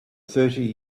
thirty